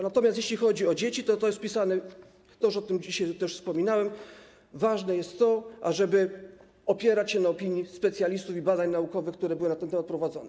Natomiast jeśli chodzi o dzieci, to jest wpisane, o tym już dzisiaj wspominałem, ważne jest to, ażeby opierać się na opinii specjalistów i badaniach naukowych, które były na ten temat prowadzone.